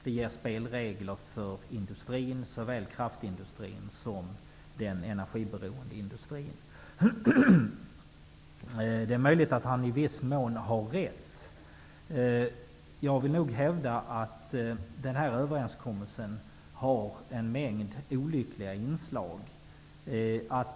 Det ges spelregler till såväl kraftindustrin som den energiberoende industrin. Det är möjligt att Axel Andersson i viss mån har rätt. Jag vill nog hävda att denna överenskommelse har en mängd olyckliga inslag.